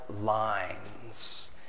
lines